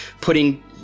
putting